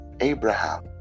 Abraham